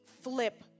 flip